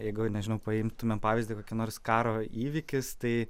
jeigu nežinau paimtumėm pavyzdį kokį nors karo įvykis tai